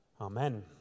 Amen